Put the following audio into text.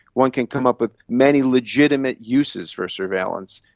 one can come up with many legitimate uses for surveillance,